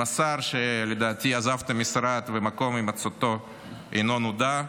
עם השר שלדעתי עזב את המשרד ומקום הימצאותו אינו נודע,